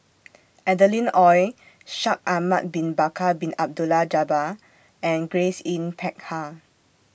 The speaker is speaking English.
Adeline Ooi Shaikh Ahmad Bin Bakar Bin Abdullah Jabbar and Grace Yin Peck Ha